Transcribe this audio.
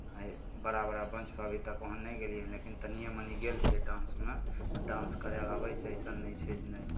आइ बड़ा बड़ा मंचपर अभी तक ओहन नहि गेलियै हन लेकिन तनिए मनि गेल छियै डान्समे डान्स करय लेल आबै छै अइसन नहि छै जे नहि